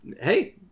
Hey